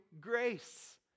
grace